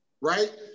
right